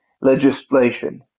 legislation